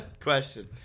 Question